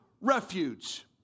refuge